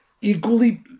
Equally